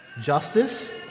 justice